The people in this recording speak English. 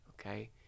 okay